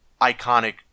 Iconic